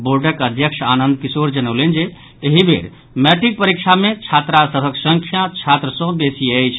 बोर्डक अध्यक्ष आनंद किशोर जनौलनि जे एहि बेर मैट्रिक परीक्षा मे छात्रा सभक संख्या छात्र सँ बेसी अछि